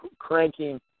cranking